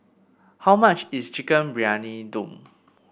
how much is Chicken Briyani Dum